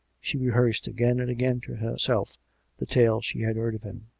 she rehearsed again and again to herself the tales she had heard of him.